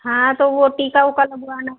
हाँ तो वह टीका उका लगवाना था